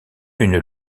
une